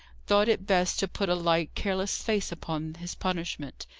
thought it best to put a light, careless face upon his punishment,